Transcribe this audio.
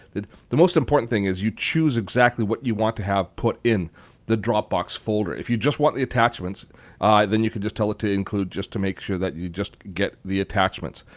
the the most important thing is you choose exactly what you want to have put in the dropbox folder. if you just want the attachments then you could just tell it to include just to make sure that you just get the attachments.